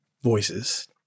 voices